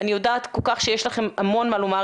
אני יודעת שיש לכם המון מה לומר,